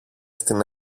στην